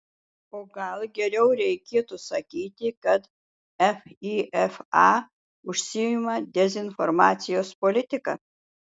o gal geriau reikėtų sakyti kad fifa užsiima dezinformacijos politika